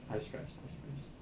high stress high stress